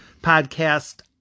podcast